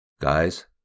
Guys